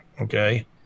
Okay